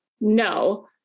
No